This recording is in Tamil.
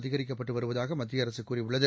அதிகரிக்கப்பட்டு வருவதாக மத்திய அரசு கூறியுள்ளது